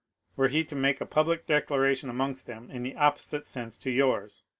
were he to make a public declaration amongst them in the opposite sense to yours.